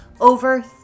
over